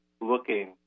looking